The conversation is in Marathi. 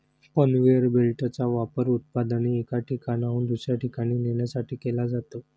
कन्व्हेअर बेल्टचा वापर उत्पादने एका ठिकाणाहून दुसऱ्या ठिकाणी नेण्यासाठी केला जातो